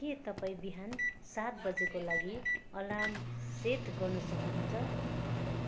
के तपाईँ बिहान सात बजेको लागि अलार्म सेट गर्नु सक्नुहुन्छ